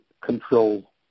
control